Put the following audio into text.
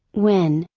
when,